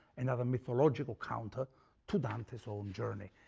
another mythological counter to dante's own journey.